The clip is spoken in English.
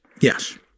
Yes